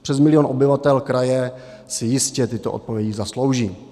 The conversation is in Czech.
Přes milion obyvatel kraje si jistě tyto odpovědi zaslouží.